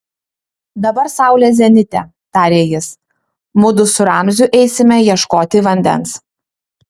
dabar saulė zenite tarė jis mudu su ramziu eisime ieškoti vandens